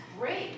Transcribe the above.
great